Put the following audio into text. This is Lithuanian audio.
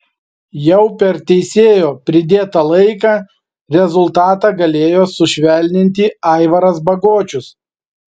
jau per teisėjo pridėtą laiką rezultatą galėjo sušvelninti aivaras bagočius